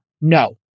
No